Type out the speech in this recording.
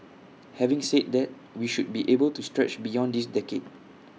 having said that we should be able to stretch beyond this decade